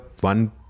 One